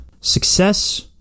Success